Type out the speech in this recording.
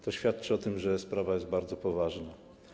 To świadczy o tym, że sprawa jest bardzo poważna.